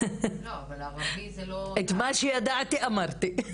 את מה שידעתי אמרתי.